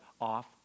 off